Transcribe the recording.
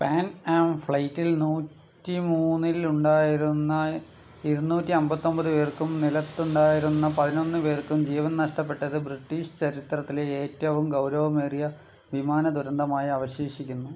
pan Am ഫ്ലൈറ്റിൽ നൂറ്റി മൂന്നിൽ ഉണ്ടായിരുന്ന ഇരുന്നൂറ്റി അമ്പത്തൊൻപത് പേർക്കും നിലത്തുണ്ടായിരുന്ന പതിനൊന്ന് പേർക്കും ജീവൻ നഷ്ടപ്പെട്ടത് ബ്രിട്ടീഷ് ചരിത്രത്തിലെ ഏറ്റവും ഗൗരവമേറിയ വിമാന ദുരന്തമായി അവശേഷിക്കുന്നു